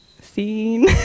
scene